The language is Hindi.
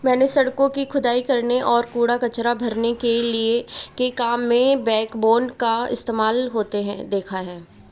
मैंने सड़कों की खुदाई करने और कूड़ा कचरा भरने के काम में बैकबोन का इस्तेमाल होते देखा है